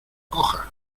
cojas